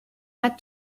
had